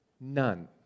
none